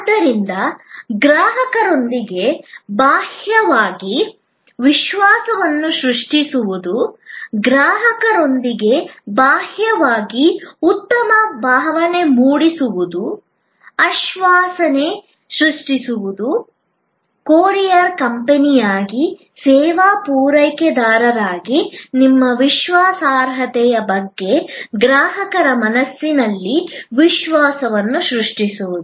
ಆದ್ದರಿಂದ ಗ್ರಾಹಕರೊಂದಿಗೆ ಬಾಹ್ಯವಾಗಿ ವಿಶ್ವಾಸವನ್ನು ಸೃಷ್ಟಿಸುವುದು ಗ್ರಾಹಕರೊಂದಿಗೆ ಬಾಹ್ಯವಾಗಿ ಉತ್ತಮ ಭಾವನೆ ಮೂಡಿಸುವುದು ಆಶ್ವಾಸನೆ ಸೃಷ್ಟಿಸುವುದು ಕೊರಿಯರ್ ಕಂಪನಿಯಾಗಿ ಸೇವಾ ಪೂರೈಕೆದಾರರಾಗಿ ನಿಮ್ಮ ವಿಶ್ವಾಸಾರ್ಹತೆಯ ಬಗ್ಗೆ ಗ್ರಾಹಕರ ಮನಸ್ಸಿನಲ್ಲಿ ವಿಶ್ವಾಸವನ್ನು ಸೃಷ್ಟಿಸುವುದು